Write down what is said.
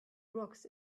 rocks